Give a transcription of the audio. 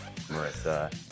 Marissa